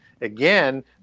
Again